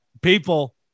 people